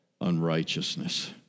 unrighteousness